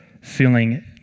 feeling